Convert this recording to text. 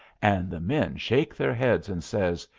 and the men shake their heads and says,